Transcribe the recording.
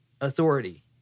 authority